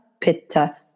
pitta